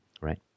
Right